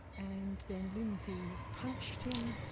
and then lindsay punched him,